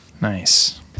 nice